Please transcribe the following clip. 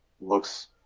looks